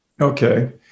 Okay